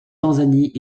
tanzanie